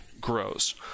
grows